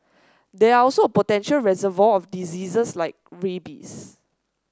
they are also a potential reservoir of diseases like rabies